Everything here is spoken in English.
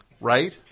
Right